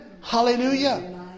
Hallelujah